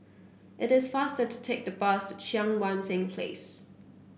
it is faster to take the bus to Cheang Wan Seng Place